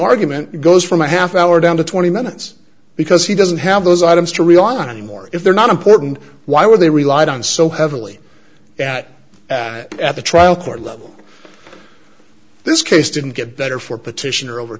argument goes from a half hour down to twenty minutes because he doesn't have those items to rely on anymore if they're not important why would they relied on so heavily that at the trial court level this case didn't get better for petitioner over